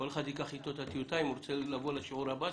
כל אחד ייקח אתו את הטיוטה ואם הוא רוצה לבוא לשיעור הבא,